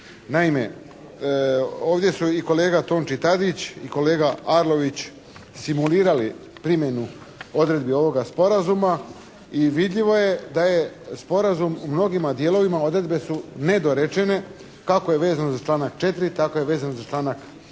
Naime, ovdje su i kolega Tonči Tadić i kolega Arlović simulirali primjenu odredbi ovoga sporazuma i vidljivo je da je sporazum u mnogima dijelovima odredbe su nedorečene. Kako je vezano za članak 4. tako je vezan za članak 5.,